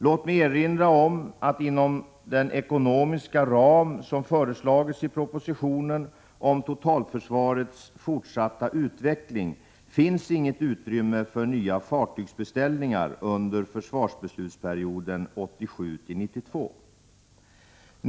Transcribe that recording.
Låt mig erinra om att inom den ekonomiska ram som föreslagits i propositionen om totalförsvarets fortsatta utveckling finns inget utrymme för nya fartygsbeställningar under försvarsbeslutsperioden 1987-1992.